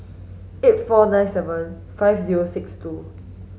eight four nine seven five zero six two